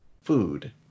food